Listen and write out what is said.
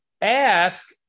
Ask